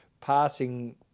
passing